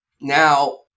Now